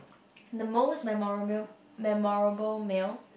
the most memora~ male memorable male